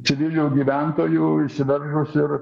civilių gyventojų įsiveržus ir